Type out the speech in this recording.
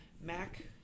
Mac